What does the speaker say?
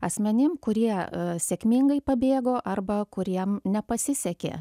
asmenim kurie sėkmingai pabėgo arba kuriem nepasisekė